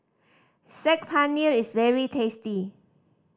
Saag Paneer is very tasty